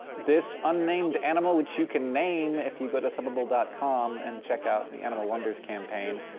this unnamed animal which you can name if you go to subbable dot com and check out the animal wonders campaign,